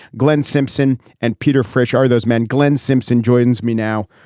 glenn simpson and peter fresh are those men. glenn simpson joins me now.